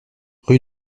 rue